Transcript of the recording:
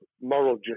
moral